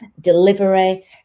delivery